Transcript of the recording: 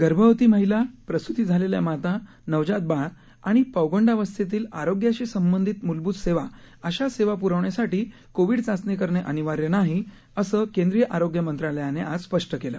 गर्भवती महिला प्रसृती झालेल्या माता नवजात बाळ आणि पौगंडावस्थेतील आरोग्याशी संबंधित मूलभूत सेवा अशा सेवा पुरवण्यासाठी कोविड चाचणी करणे अनिवार्य नाहीअसं केंद्रीय आरोग्य मंत्रालयाने आज स्पष्ट केलं